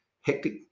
hectic